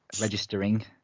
registering